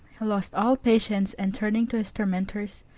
lost all patience and turning to his tormentors,